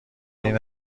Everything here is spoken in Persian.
این